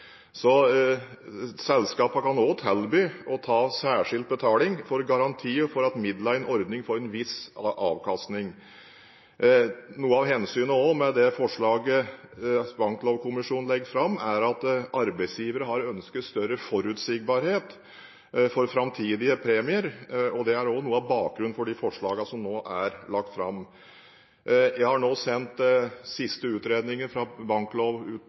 kan også tilby, og ta seg særskilt betalt for, garanti for at midlene i en ordning får en viss avkastning. Noe av begrunnelsen for forslaget som Banklovkommisjonen legger fram, er at arbeidsgiverne har ønsket større forutsigbarhet for framtidige premier. Det er noe av bakgrunnen for de forslagene som nå er lagt fram. Jeg har nå sendt de siste utredningene fra